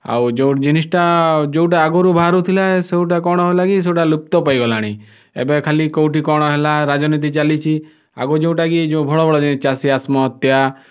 ଆଉ ଯେଉଁ ଜିନିଷଟା ଯେଉଁଟା ଆଗରୁ ବାହାରୁଥିଲା ସେଇଟା କ'ଣ ହେଲା କି ସେଇଟା ଲୁପ୍ତ ପାଇଗଲାଣି ଏବେ ଖାଲି କେଉଁଠି କ'ଣ ହେଲା ରାଜନୀତି ଚାଲିଛି ଆଗରୁ ଯେଉଁଟା କି ଭଲ ଭଲ ଚାଷୀ ଆତ୍ମହତ୍ୟା